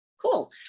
Cool